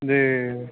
जी